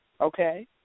Okay